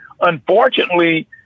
unfortunately